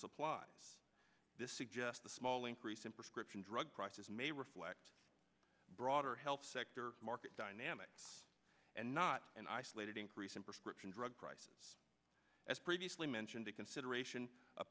supplies this suggests the small increase in prescription drug prices may reflect broader health sector market dynamics and not an isolated increase in prescription drug prices as previously mentioned the consideration